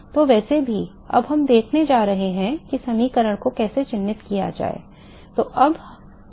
तो वैसे भी अब हम यह देखने जा रहे हैं कि इस समीकरण को कैसे चिह्नित किया जाए